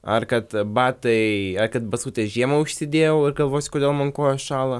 ar kad batai ai kad basutes žiemą užsidėjau ir galvosiu kodėl man kojos šąla